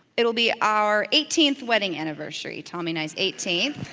it'll be our eighteenth wedding anniversary, tommy and i's eighteenth.